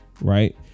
right